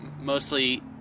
mostly